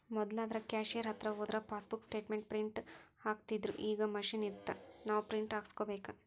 ಮೊದ್ಲಾದ್ರ cashier ಹತ್ರ ಹೋದ್ರ passbook statement print ಹಾಕ್ತಿತ್ದ್ರುಈಗ ಮಷೇನ್ ಇರತ್ತ ನಾವ ಪ್ರಿಂಟ್ ಹಾಕಸ್ಕೋಬೇಕ